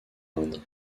inde